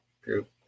group